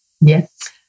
Yes